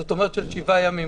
זאת אומרת של שבעה ימים.